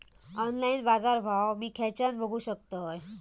Online बाजारभाव मी खेच्यान बघू शकतय?